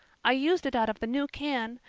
i used it out of the new can.